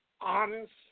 honest